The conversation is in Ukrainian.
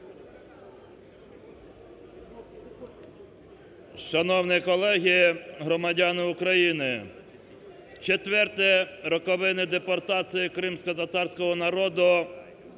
Шановні колеги, громадяни України! Вчетверте роковини депортації кримськотатарського народу